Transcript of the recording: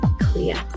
clear